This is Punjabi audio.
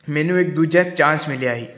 ਮੈਨੂੰ ਇੱਕ ਦੂਜਾ ਚਾਂਸ ਮਿਲਿਆ ਸੀ